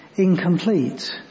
Incomplete